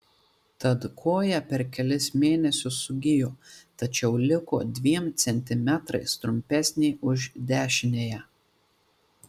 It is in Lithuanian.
tad koja per kelis mėnesius sugijo tačiau liko dviem centimetrais trumpesnė už dešiniąją